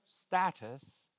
status